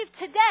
today